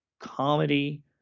comedy